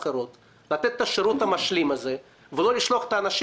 נכון שהוא נמצא שם ב-60% או 70% חדירה,